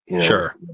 Sure